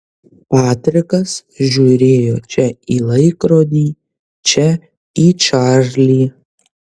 patrikas žiūrėjo čia į laikrodį čia į čarlį